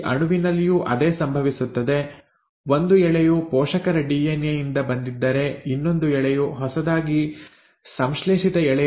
ಈ ಅಣುವಿನಲ್ಲಿಯೂ ಅದೇ ಸಂಭವಿಸುತ್ತದೆ ಒಂದು ಎಳೆಯು ಪೋಷಕರ ಡಿಎನ್ಎ ಯಿಂದ ಬಂದಿದ್ದರೆ ಇನ್ನೊಂದು ಎಳೆಯು ಹೊಸದಾಗಿ ಸಂಶ್ಲೇಷಿತ ಎಳೆಯನ್ನು ಹೊಂದಿರುತ್ತದೆ